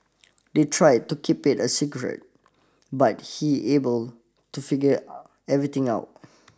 they tried to keep it a secret but he able to figure everything out